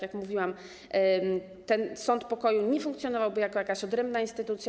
Jak mówiłam, ten sąd pokoju nie funkcjonowałby jako jakaś odrębna instytucja.